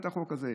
את החוק הזה.